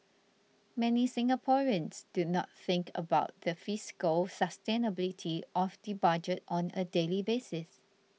many Singaporeans do not think about the fiscal sustainability of the budget on a daily basis